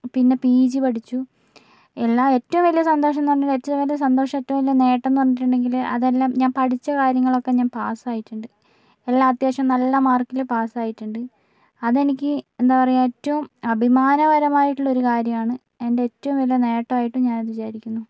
പിന്നെ P G പഠിച്ചു എല്ലാം ഏറ്റവും വലിയ സന്തോഷം എന്നു പറഞ്ഞാൽ ഏറ്റവും വലിയ സന്തോഷം ഏറ്റവും വലിയ നേട്ടം എന്നു പറഞ്ഞിട്ടുണ്ടെങ്കിൽ അതെല്ലാം ഞാൻ പഠിച്ച കാര്യങ്ങളൊക്കെ ഞാൻ പാസ്സായിട്ടുണ്ട് എല്ലാം അത്യാവശ്യം നല്ല മാർക്കിൽ പാസ്സായിട്ടുണ്ട് അതെനിക്ക് എന്താ പറയുക ഏറ്റവും അഭിമാനകരമായിട്ടുള്ള ഒരു കാര്യമാണ് എൻ്റെ ഏറ്റവും വലിയ നേട്ടമായിട്ടും ഞാനത് വിചാരിക്കുന്നു